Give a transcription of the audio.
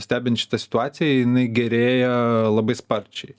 stebint šitą situaciją jinai gerėja labai sparčiai